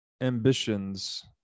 ambitions